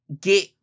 get